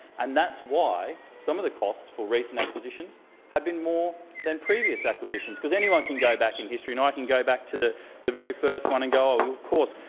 and that's why some of the costs for recent acquisitions have been more than previous acquisitions. because anyone can go back in history and i can go back to the the very first one and go, oh, of course,